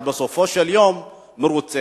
אבל בסופו של יום מרוצה,